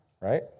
right